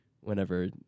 whenever